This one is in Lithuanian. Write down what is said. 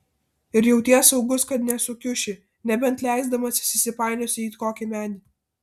ir jauties saugus kad nesukiuši nebent leisdamasis įsipainiosi į kokį medį